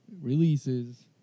releases